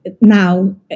Now